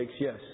Yes